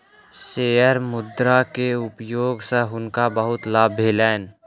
share मुद्रा के उपयोग सॅ हुनका बहुत लाभ भेलैन